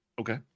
Okay